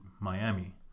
Miami